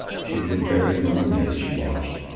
she grew very lonely as she watched,